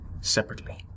separately